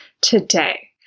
today